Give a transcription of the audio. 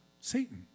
Satan